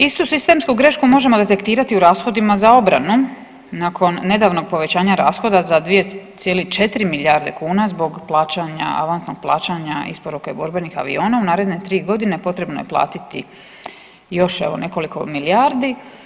Istu sistemsku grešku možemo detektirati u rashodima za obranu nakon nedavnog povećanja rashoda za 2,4 milijarde kuna za plaćanja, avansnog plaćanja isporuke borbenih aviona u naredne 3 godine, potrebno je platiti još evo nekoliko milijardi.